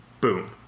Boom